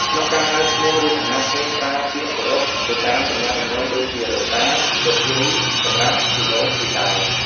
ក្នុងការហៅឈ្មោះឬឋានៈ គេប្រើពាក្យគោរពទៅតាមទំនាក់ទំនងដូចជា លោកតា លោកយាយសម្រាប់ជីដូនជីតា។